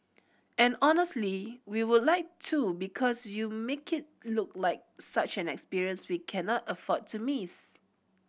and honestly we would like to because you make it look like such an experience we cannot afford to miss